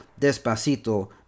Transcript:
Despacito